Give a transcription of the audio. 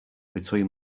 between